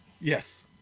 yes